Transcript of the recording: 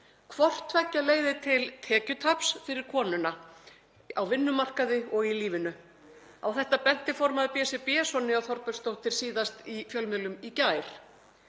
Hvort tveggja leiðir til tekjutaps fyrir konuna á vinnumarkaði og í lífinu. Á þetta benti formaður BSRB, Sonja Þorbergsdóttir, síðast í fjölmiðlum í gær.